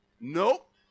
Nope